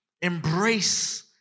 embrace